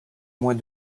mois